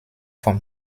vom